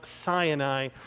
Sinai